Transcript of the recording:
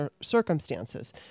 circumstances